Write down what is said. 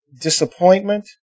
disappointment